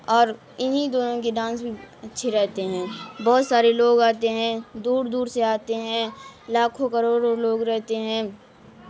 اور انہیں دونوں کے ڈانس بھی اچھے رہتے ہیں بہت سارے لوگ آتے ہیں دور دور سے آتے ہیں لاکھوں کروڑوں لوگ رہتے ہیں